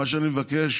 מה שאני מבקש,